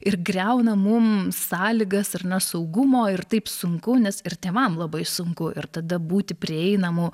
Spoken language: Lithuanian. ir griauna mum sąlygas ar ne saugumo ir taip sunku nes ir tėvam labai sunku ir tada būti prieinamu